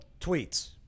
tweets